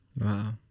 Wow